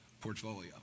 portfolio